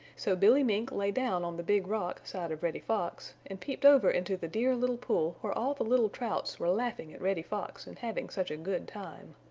so billy mink lay down on the big rock side of reddy fox and peeped over into the dear little pool where all the little trouts were laughing at reddy fox and having such a good time.